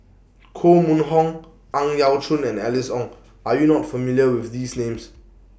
Koh Mun Hong Ang Yau Choon and Alice Ong Are YOU not familiar with These Names